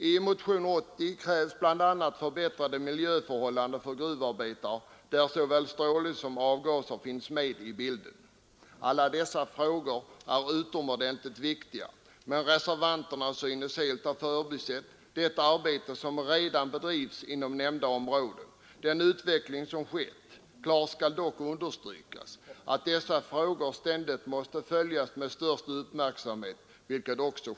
I motionen 80 krävs bl.a. förbättrade miljöförhållanden för gruvarbetare där såväl strålning som avgaser finns med i bilden. Alla dessa frågor är utomordentligt viktiga, men reservanten synes helt ha förbisett det arbete som redan bedrivs inom dessa områden och den utveckling som där har skett. Klart skall dock understrykas att de här frågorna ständigt måste följas med största uppmärksamhet, och det sker också.